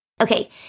Okay